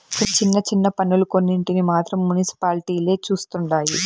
చిన్న చిన్న పన్నులు కొన్నింటిని మాత్రం మునిసిపాలిటీలే చుస్తండాయి